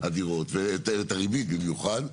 הדירות ואת הריבית במיוחד,